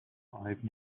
five